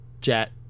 Jet